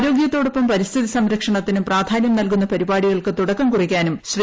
ആരോഗ്യത്തോടൊപ്പം പരിസ്ഥിതി സംരക്ഷണത്തിനും പ്രാധാന്യം നൽകുന്ന പരിപാടികൾക്ക് തുടക്കം കുറിക്കാനും ശ്രീ